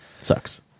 sucks